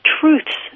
truths